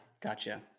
Gotcha